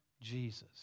Jesus